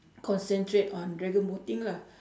concentrate on dragon boating lah